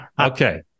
Okay